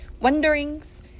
wonderings